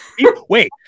Wait